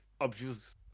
obvious